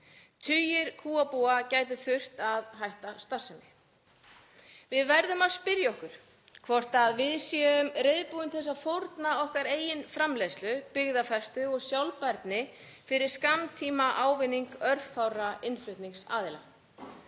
Tugir kúabúa gætu þurft að hætta starfsemi. Við verðum að spyrja okkur hvort við séum reiðubúin til að fórna okkar eigin framleiðslu, byggðafestu og sjálfbærni fyrir skammtímaávinning örfárra innflutningsaðila.